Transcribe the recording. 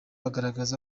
agaragaza